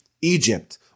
Egypt